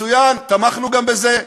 מצוין, תמכנו גם בזה.